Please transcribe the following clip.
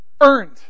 Earned